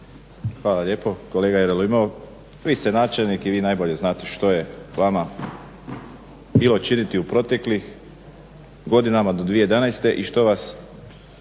Hvala lijepo. Kolega Jerolimov, vi ste načelnik i vi najbolje znate što je vama bilo činiti u proteklim godinama do 2011. i što vas